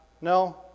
No